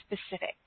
specific